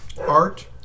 art